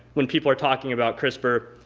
when people are talking about crispr,